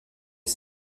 les